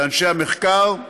לאנשי המחקר,